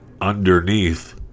...underneath